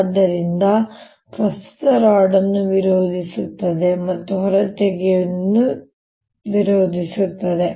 ಆದ್ದರಿಂದ ಪ್ರಸ್ತುತವು ರಾಡ್ ಅನ್ನು ವಿರೋಧಿಸುತ್ತದೆ ಮತ್ತು ಅದನ್ನು ಹೊರತೆಗೆಯುವುದನ್ನು ವಿರೋಧಿಸುತ್ತದೆ